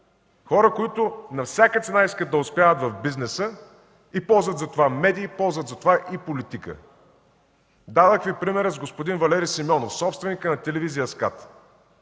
хора, които на всяка цена искат да успяват в бизнеса и ползват за това медии, ползват за това и политика. Дадох Ви примера с господин Валери Симеонов – собственикът на телевизия СКАТ.